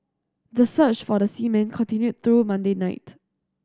the search for the seamen continued through Monday night